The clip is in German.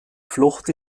flucht